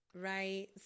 right